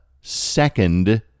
second